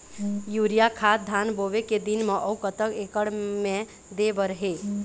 Urea खाद धान बोवे के दिन म अऊ कतक एकड़ मे दे बर हे?